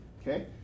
okay